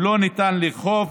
לא ניתן לאכוף.